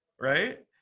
right